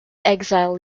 exile